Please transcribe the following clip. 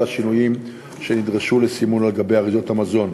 השינויים שנדרשו לסימון על אריזות המזון.